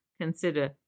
consider